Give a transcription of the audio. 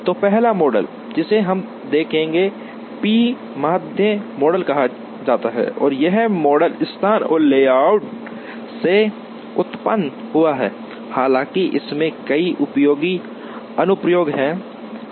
तो पहला मॉडल जिसे हम देखेंगे पी माध्य मॉडल कहा जाता है और यह मॉडल स्थान और लेआउट से उत्पन्न हुआ है हालांकि इसमें कई उपयोगी अनुप्रयोग हैं